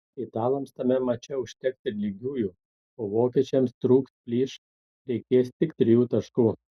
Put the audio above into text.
italams tame mače užteks ir lygiųjų o vokiečiams trūks plyš reikės tik trijų taškų